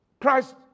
Christ